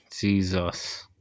Jesus